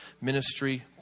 ministry